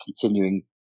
continuing